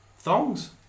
Thongs